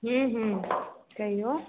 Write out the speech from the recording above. ह्म्म ह्म्म कहिऔ